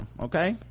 okay